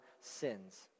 sins